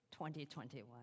2021